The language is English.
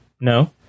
no